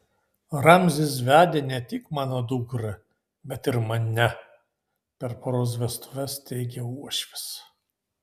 ramzis vedė ne tik mano dukrą bet ir mane per poros vestuves teigė uošvis